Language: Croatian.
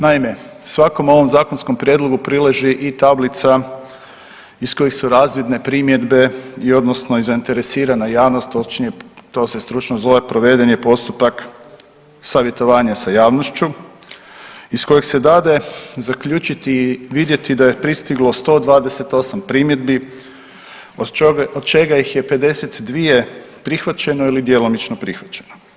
Naime, svakom ovom zakonskom prijedlogu prileži i tablica iz kojih su razvidne primjedbe i odnosno zainteresirana javnost, točnije to se stručno zove proveden je postupak savjetovanja sa javnošću iz kojeg se dade zaključiti i vidjeti da je pristiglo 128 primjedbi od čega ih je 52 prihvaćeno ili djelomično prihvaćeno.